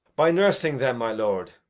by nursing them, my lord.